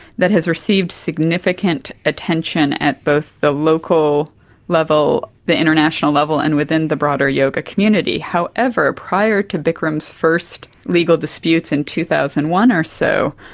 that has received significant attention at both the local level, the international level and within the broader yoga community. however, prior to bikram's first legal disputes in two thousand and one or so,